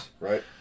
right